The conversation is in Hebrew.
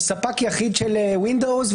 אתם ספק יחיד של windows,